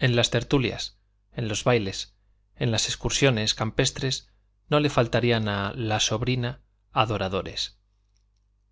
en las tertulias en los bailes en las excursiones campestres no le faltarían a la sobrina adoradores